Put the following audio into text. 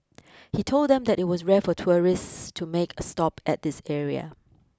he told them that it was rare for tourists to make a stop at this area